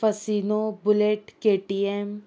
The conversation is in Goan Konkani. फसिनो बुलेट केटीएम